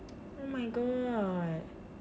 oh my god